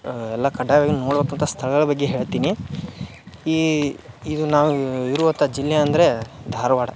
ಎಲ್ಲ ಕಡ್ಡಾಯವಾಗಿ ನೋಡುವಂಥ ಸ್ಥಳಗಳ ಬಗ್ಗೆ ಹೇಳ್ತೀನಿ ಈ ಇದು ನಾವು ಇರುವಂಥ ಜಿಲ್ಲೆ ಅಂದರೆ ಧಾರವಾಡ